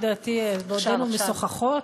לדעתי ממש בעודנו משוחחות,